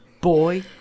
boy